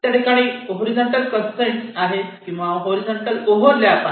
त्याठिकाणी horizontal constraint आहे किंवा हॉरीझॉन्टल ओव्हर लॅप आहे